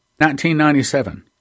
1997